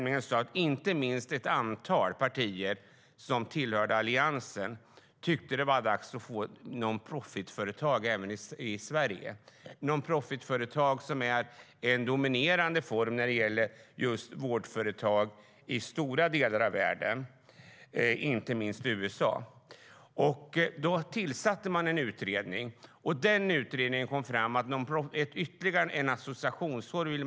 Inte minst ett antal partier i Alliansen tyckte att det var dags med non profit-företag även i Sverige. Det är en dominerande driftsform när det gäller just vårdföretag i stora delar av världen. Detta gäller särskilt i USA. Då tillsattes en utredning, och den utredningen kom fram till att man inte ville ha en ytterligare associationsform.